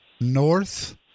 North